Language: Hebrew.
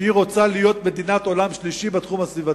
שהיא רוצה להיות מדינת העולם השלישי בתחום הסביבתי.